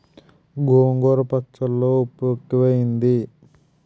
గోంగూర పచ్చళ్ళో ఉప్పు ఎక్కువైంది